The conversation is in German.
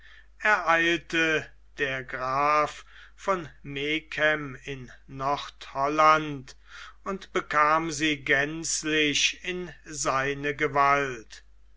ereilte der graf von megen in nord holland und bekam sie gänzlich in seine gewalt